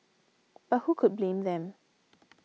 but who could blame them